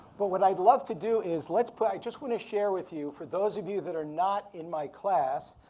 but what i'd love to do is let's put, i just wanna share with you, for those of you that are not in my class,